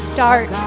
Start